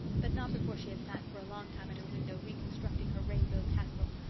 but not before she had sat for a long time at her window reconstructing her rainbow castle,